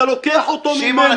אתה לוקח אותו ממני --- שמעון,